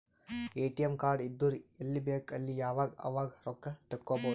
ATM card ಇದ್ದುರ್ ಎಲ್ಲಿ ಬೇಕ್ ಅಲ್ಲಿ ಯಾವಾಗ್ ಅವಾಗ್ ರೊಕ್ಕಾ ತೆಕ್ಕೋಭೌದು